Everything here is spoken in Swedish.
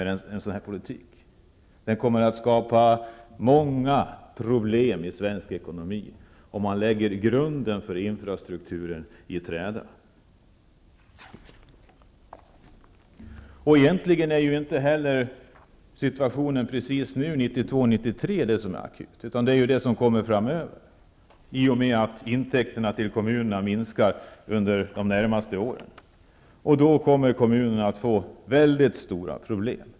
Det kommer att skapas många problem i svensk ekonomi om man lägger grunden för infrastrukturen i träda. Det är egentligen inte situationen 1992/93 som är akut, utan det är vad som kommer framöver i och med att intäkterna minskar under de närmaste åren. Kommunerna kommer att få mycket stora problem.